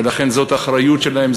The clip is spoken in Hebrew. ולכן זו האחריות שלהם,